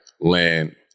land